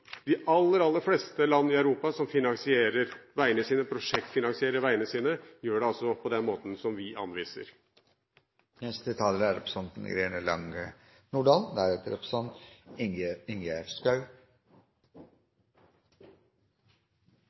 de brukte instrumentet. Men de aller, aller fleste land i Europa som prosjektfinansierer veiene sine, gjør det på den måten som vi anviser. Satsing på samferdsel er